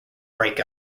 break